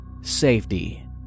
safety